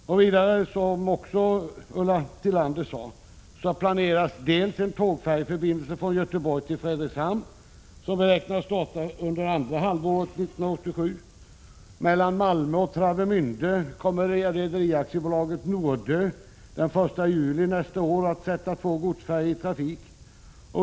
Som Ulla Tillander också sade planeras en tågfärjeförbindelse från Göteborg till Fredrikshavn, som beräknas starta under andra halvåret 1987. Mellan Malmö och Travemände kommer Rederi AB Nordö den 1 juli nästa år att sätta två godsfärjor i trafik.